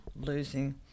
losing